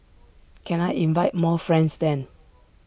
can I invite more friends then